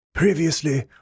Previously